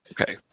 Okay